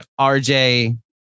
RJ